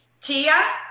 Tia